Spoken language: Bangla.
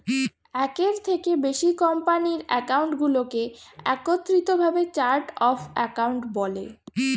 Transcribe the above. একের থেকে বেশি কোম্পানির অ্যাকাউন্টগুলোকে একত্রিত ভাবে চার্ট অফ অ্যাকাউন্ট বলে